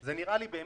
זה עוזר לאנשים.